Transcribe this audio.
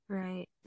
right